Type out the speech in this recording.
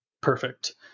perfect